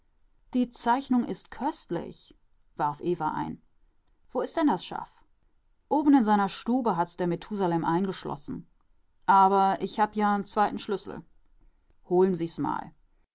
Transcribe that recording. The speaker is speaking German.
die zeichnung ist köstlich warf eva ein wo ist denn das schaff oben in seiner stube hat's der methusalem eingeschlossen aber ich hab ja n zweiten schlüssel holen sie's mal